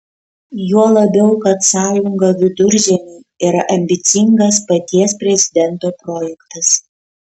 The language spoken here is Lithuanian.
juo labiau kad sąjunga viduržemiui yra ambicingas paties prezidento projektas